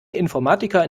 informatiker